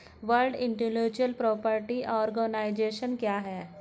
World intellectual property organisation क्या है?